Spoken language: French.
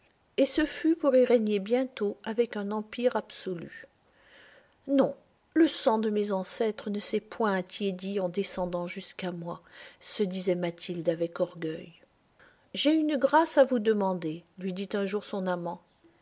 et ce fut pour y régner bientôt avec un empire absolu non le sang de mes ancêtres ne s'est point attiédi en descendant jusqu'à moi se disait mathilde avec orgueil j'ai une grâce à vous demander lui dit un jour son amant